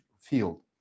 field